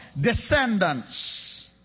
descendants